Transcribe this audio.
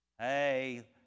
hey